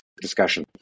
discussion